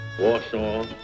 warsaw